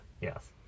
yes